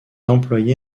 employé